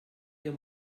ihr